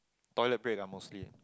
toilet breaks lah mostly